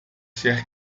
ser